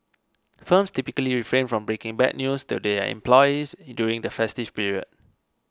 firms typically refrain from breaking bad news to their employees during the festive period